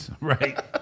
Right